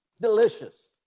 delicious